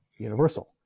universal